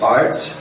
arts